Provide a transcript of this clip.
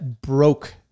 broke